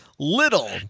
Little